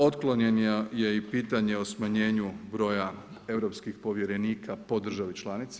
Otklonjeno je i pitanje o smanjenju broja europskih povjerenika po državi članici.